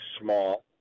small